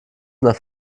nach